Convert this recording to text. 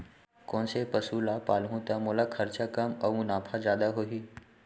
कोन से पसु ला पालहूँ त मोला खरचा कम अऊ मुनाफा जादा होही?